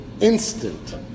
instant